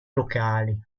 locali